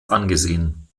angesehen